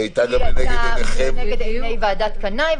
היא גם הייתה לנגד עיני ועדת קנאי,